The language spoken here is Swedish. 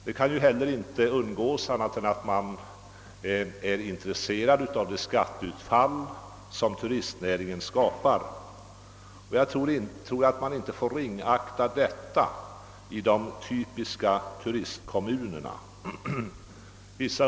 Vidare är man naturligtvis också intresserad av det skatteunderlag som turistnäringen skapar. Den saken skall man inte ringakta, särskilt inte i typiska turistkommuner.